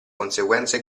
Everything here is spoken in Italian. conseguenze